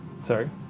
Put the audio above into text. sorry